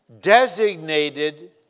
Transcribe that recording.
designated